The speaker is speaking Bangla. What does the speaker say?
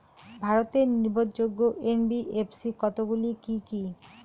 ভারতের নির্ভরযোগ্য এন.বি.এফ.সি কতগুলি কি কি?